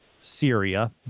Syria